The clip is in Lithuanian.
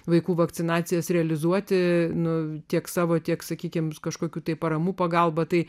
vaikų vakcinacijos realizuoti nu tiek savo tiek sakykime kažkokių tai paramų pagalba tai